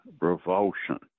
revulsion